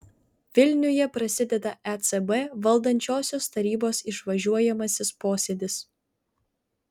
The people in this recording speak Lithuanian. vilniuje prasideda ecb valdančiosios tarybos išvažiuojamasis posėdis